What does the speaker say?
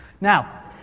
now